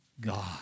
God